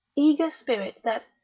eager spirit that,